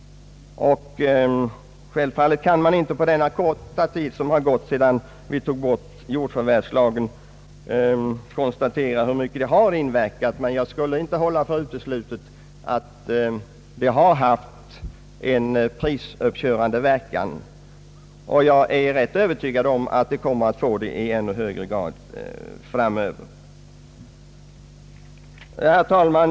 Självfallet kan man inte efter den korta tid som gått sedan vi tog bort jordförvärvslagen konstatera hur mycket dess borttagande har inverkat. Men jag skulle inte hålla för uteslutet att det har haft en prishöjande verkan. Jag är rätt övertygad om att det kommer att få en sådan verkan i ännu högre grad framöver. Herr talman!